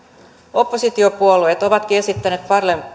oppositiopuolueet ovatkin esittäneet